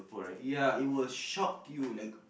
ya it will shock you like